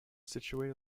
situated